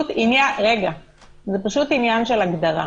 זה עניין של הגדרה.